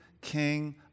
king